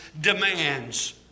demands